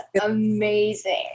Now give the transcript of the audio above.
amazing